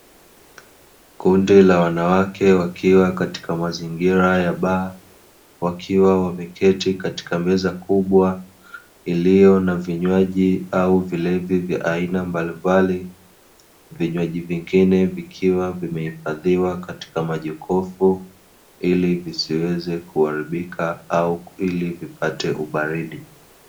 Kundi la wanawake wakiwa katika mazingira ya baa, wakiwa wameketi katika meza kubwa iliyo na vinywaji au vilevi vya aina mbalimbali. Vinywaji vingine vikiwa vimehifadhiwa katika majokofu, ili visiweze kuharibika au ili vipate ubaridi.